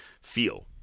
feel